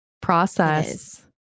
process